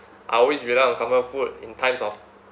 I always rely on comfort food in times of